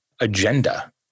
agenda